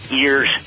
years